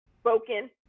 spoken